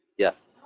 yes.